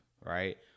Right